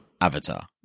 Avatar